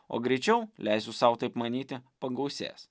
o greičiau leisiu sau taip manyti pagausės